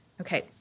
Okay